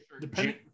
depending